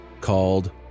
called